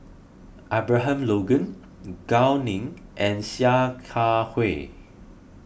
Abraham Logan Gao Ning and Sia Kah Hui